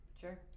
sure